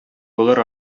булыр